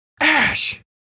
Ash